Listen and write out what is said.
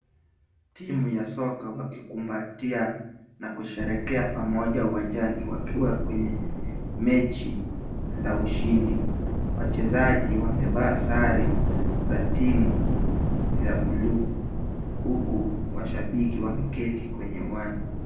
Timu ya soka wakikumbatia na kusherehekea pamoja uwanjani wakiwa kwenye mechi la ushindi. Wachezaji wamevaa sare za timu za bluu huku mashabiki wameketi kwenye uwanja.